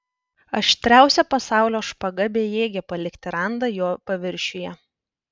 aštriausia pasaulio špaga bejėgė palikti randą jo paviršiuje